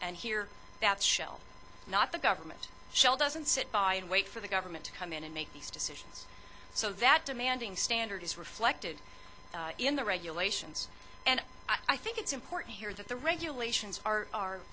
and here that shell not the government shell doesn't sit by and wait for the government come in and make these decisions so that demanding standard is reflected in the regulations and i think it's important here that the regulations are